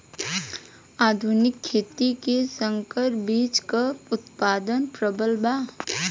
आधुनिक खेती में संकर बीज क उतपादन प्रबल बा